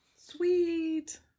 Sweet